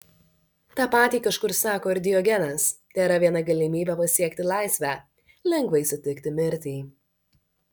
tą patį kažkur sako ir diogenas tėra viena galimybė pasiekti laisvę lengvai sutikti mirtį